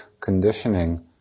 conditioning